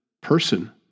person